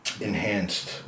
enhanced